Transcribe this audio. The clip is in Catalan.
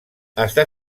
està